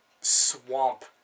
Swamp